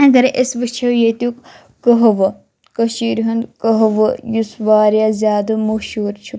اگر أسۍ وُچھو ییٚتیُک قہوٕ کٔشیٖرِ ہُنٛد قہوٕ یُس واریاہ زیادٕ مشہوٗر چھُ